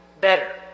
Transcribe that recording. better